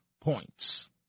points